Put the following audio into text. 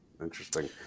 Interesting